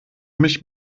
mich